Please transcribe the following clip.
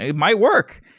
it might work.